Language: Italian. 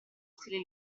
stile